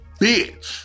Bitch